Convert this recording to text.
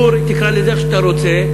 תקרא לזה איך שאתה רוצה,